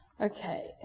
Okay